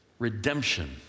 redemption